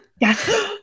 Yes